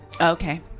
Okay